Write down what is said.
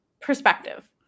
perspective